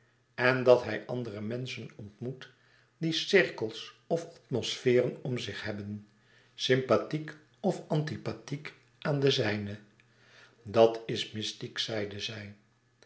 en dat hij andere menschen ontmoet die cirkels of atmosferen om zich hebben sympathiek of antipathiek aan de zijne dat is mystiek zeide zij